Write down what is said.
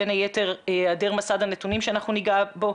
בין היתר היעדר מסד הנתונים שנגע בו,